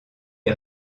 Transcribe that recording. est